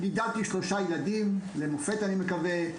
גידלתי שלושה ילדים למופת, אני מקווה.